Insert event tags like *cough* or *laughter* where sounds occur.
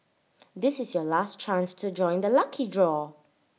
*noise* this is your last chance to join the lucky draw